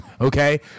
okay